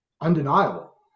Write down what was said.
undeniable